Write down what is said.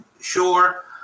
sure